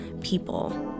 people